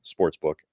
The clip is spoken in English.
sportsbook